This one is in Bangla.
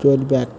চ্যলবেক